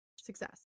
success